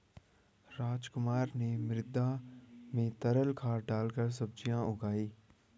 रामकुमार ने मृदा में तरल खाद डालकर सब्जियां उगाई